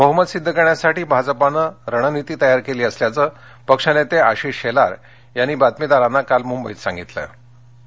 बह्मत सिद्ध करण्यासाठी भाजपानं रणनीती तयार केली असल्याचं पक्ष नेते आशिष शेलार यांनी बातमीदारांना काल मुंबईत बातमीदारांना सांगितलं